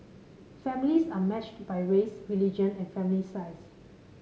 families are matched by race religion and family size